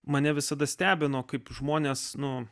mane visada stebino kaip žmonės nu